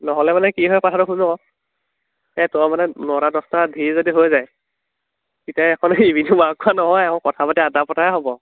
নহ'লে মানে কি হয় কথাটো শুন আকৌ এই তই মানে নটা দছটা ধেৰ যদি হৈ যায় তেতিয়া এইখন ইভিনিং ৱাক কৰা নহয় আৰু কথা পাতি আড্ডা পতাহে হ'ব